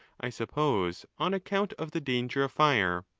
i suppose on account of the danger of fire.